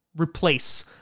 replace